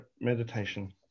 meditation